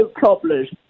cobblers